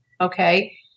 okay